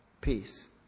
peace